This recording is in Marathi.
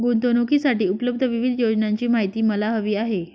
गुंतवणूकीसाठी उपलब्ध विविध योजनांची माहिती मला हवी आहे